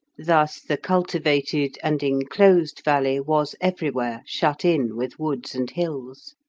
thus the cultivated and enclosed valley was everywhere shut in with woods and hills.